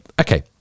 okay